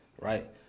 right